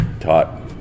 taught